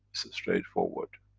straight forward.